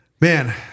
Man